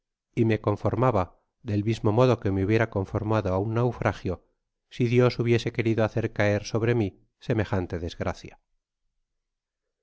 y me conformaba del mismo modo que me hubiera conformado á un naufragio si dios hubiese querido hacer caer sobre mi semejante desgracia